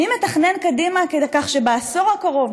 מי מתכנן קדימה כך שבעשור הקרוב,